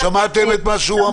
כן,